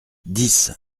dix